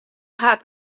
hat